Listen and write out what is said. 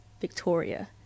Victoria